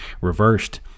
reversed